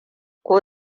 ko